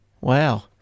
Wow